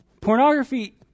Pornography